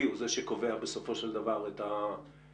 הוא זה שקובע בסופו של דבר את התנאים?